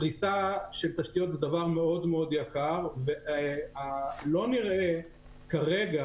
פריסה של תשתיות זה דבר מאוד מאוד יקר ולא נראה כרגע,